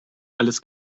alles